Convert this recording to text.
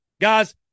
Guys